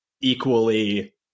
equally